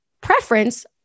preference